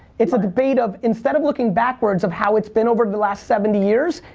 it's a debate of, instead of looking backwards of how it's been over the last seventy years.